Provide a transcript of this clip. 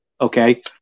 okay